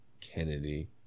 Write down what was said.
Kennedy